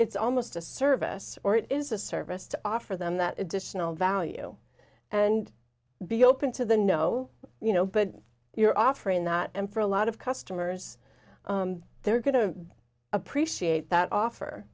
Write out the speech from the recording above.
it's almost a service or it is a service to offer them that additional value and be open to the no you know but you're offering that and for a lot of customers they're going to appreciate that offer